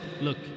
look